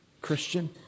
Christian